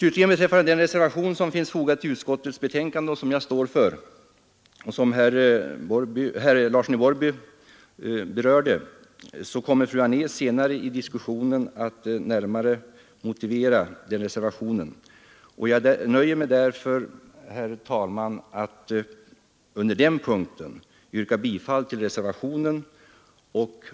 Den reservation av mig som finns fogad vid betänkandet och som herr Larsson i Borrby berörde kommer fru Anér att närmare motivera. Jag nöjer mig därför, herr talman, med att på den punkten yrka bifall till reservationen.